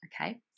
okay